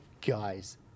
Guys